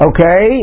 Okay